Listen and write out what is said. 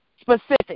Specific